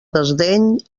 desdeny